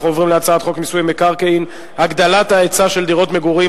אנחנו עוברים להצעת חוק מיסוי מקרקעין (הגדלת ההיצע של דירות מגורים,